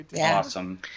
Awesome